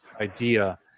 idea